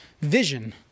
vision